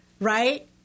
Right